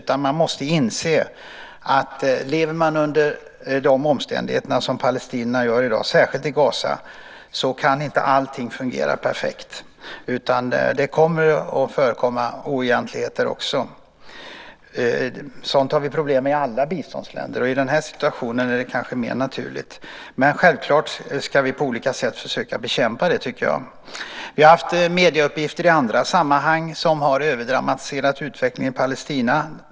Man måste inse att om man lever under de omständigheter som palestinierna gör i dag, särskilt i Gaza, kan inte allting fungera perfekt, utan oegentligheter förekommer också. Sådant har vi problem med i alla biståndsländer, och i den här situationen är det kanske än mer naturligt. Men självklart ska vi på olika sätt försöka bekämpa det. Vi har i andra sammanhang sett medieuppgifter som överdramatiserat utvecklingen i Palestina.